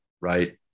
right